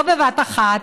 לא בבת אחת,